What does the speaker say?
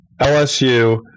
LSU